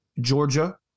Georgia